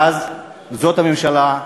ואז זאת הממשלה.